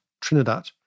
Trinidad